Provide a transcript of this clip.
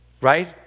Right